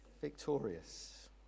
victorious